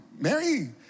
Mary